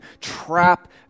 trap